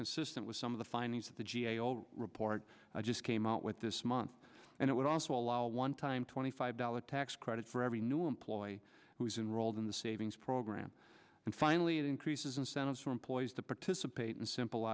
consistent with some of the findings of the g a o report i just came out with this month and it would also allow a one time twenty five dollars tax credit for every new employee who's enrolled in the savings program and finally it increases incentives for employees to participate in simple